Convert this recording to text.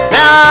Now